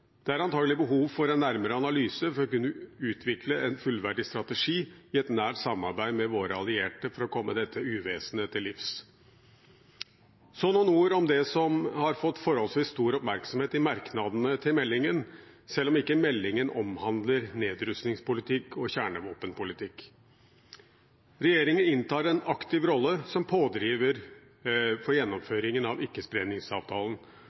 Det er antakelig behov for en nærmere analyse for å kunne utvikle en fullverdig strategi i nært samarbeid med våre allierte for å komme dette uvesenet til livs. Så noen ord om det som har fått forholdsvis stor oppmerksomhet i merknadene til meldingen – selv om ikke meldingen omhandler nedrustningspolitikk og kjernevåpenpolitikk. Regjeringen inntar en aktiv rolle som pådriver for